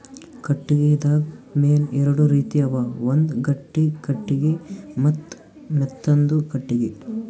ಕಟ್ಟಿಗಿದಾಗ್ ಮೇನ್ ಎರಡು ರೀತಿ ಅವ ಒಂದ್ ಗಟ್ಟಿ ಕಟ್ಟಿಗಿ ಮತ್ತ್ ಮೆತ್ತಾಂದು ಕಟ್ಟಿಗಿ